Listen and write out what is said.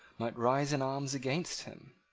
might rise in arms against him.